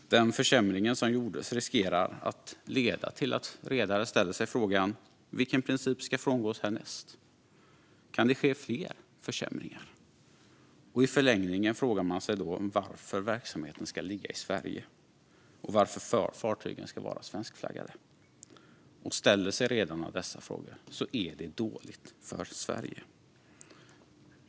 Denna försämring riskerar att leda till att redare ställer sig frågan vilken princip som ska frångås härnäst. Kan det ske fler försämringar? I förlängningen frågar man sig då varför verksamheten ska ligga i Sverige och varför fartygen ska vara svenskflaggade. Om redarna ställer sig dessa frågor är det dåligt för Sverige.